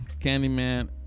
Candyman